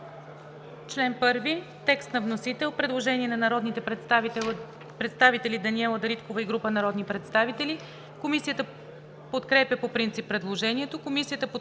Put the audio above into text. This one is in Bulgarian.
по други обективни причини“. Предложение от народния представител Даниела Дариткова и група народни представители. Комисията подкрепя по принцип предложението,